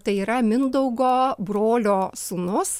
tai yra mindaugo brolio sūnus